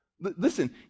listen